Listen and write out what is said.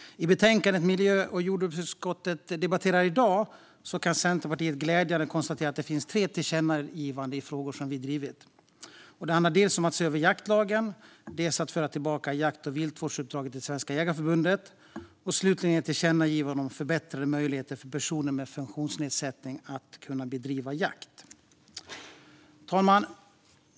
Centerpartiet kan med glädje konstatera att det i det betänkande från miljö och jordbruksutskottet som vi nu debatterar finns tre tillkännagivanden om frågor som vi har drivit. Det handlar om att se över jaktlagen, om att föra tillbaka jakt och viltvårdsuppdraget till Svenska Jägareförbundet och, slutligen, om förbättrade möjligheter för personer med funktionsnedsättning att bedriva jakt. Fru talman!